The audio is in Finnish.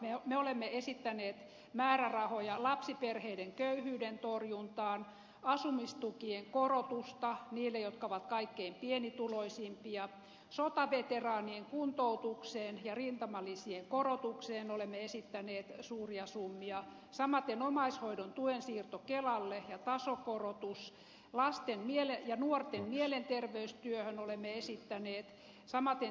me olemme esittäneet määrärahoja lapsiperheiden köyhyyden torjuntaan ja asumistukien korotusta niille jotka ovat kaikkein pienituloisimpia sotaveteraanien kuntoutukseen ja rintamalisien korotukseen olemme esittäneet suuria summia samaten meillä on omaishoidon tuen siirto kelalle ja tasokorotus lasten ja nuorten mielenterveystyöhön olemme esittäneet samaten terveyden edistämistyöhön